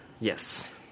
Yes